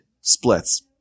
splits